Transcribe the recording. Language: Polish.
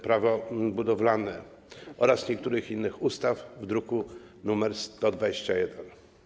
Prawo budowlane oraz niektórych innych ustaw z druku nr 121.